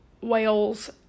Wales